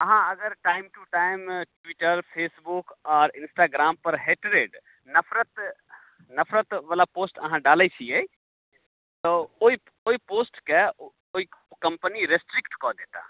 अहाँ अगर time to time Twitter Facebook Instagram पर हेटरेड नफ़रत नफ़रत बला पोस्ट अहाँ डालैत छियै तऽ ओहि ओहि पोस्टके ओहि कम्पनी रेस्ट्रिक्ट कऽ देता